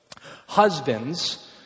Husbands